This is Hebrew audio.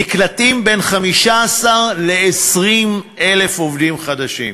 נקלטים בין 15,000 ל-20,000 עובדים חדשים.